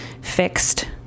fixed